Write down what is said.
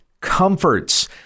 comforts